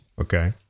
Okay